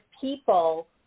people